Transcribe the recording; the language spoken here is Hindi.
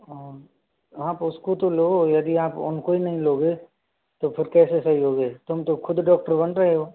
हाँ आप उसको तो लो यदि आप उनको ही नहीं लोगे तो फिर कैसे सही होगे तुम तो खुद डॉक्टर बन रहे हो